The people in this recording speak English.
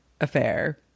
affair